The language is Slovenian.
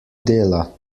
dela